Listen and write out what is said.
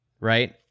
right